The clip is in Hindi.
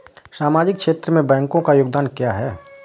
सामाजिक क्षेत्र में बैंकों का योगदान क्या है?